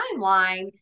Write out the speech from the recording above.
timeline